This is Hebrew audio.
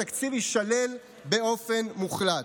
התקציב יישלל באופן מוחלט.